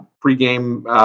Pre-game